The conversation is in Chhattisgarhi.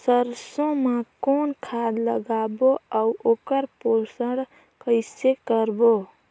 सरसो मा कौन खाद लगाबो अउ ओकर पोषण कइसे करबो?